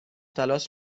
تلاش